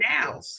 now